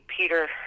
Peter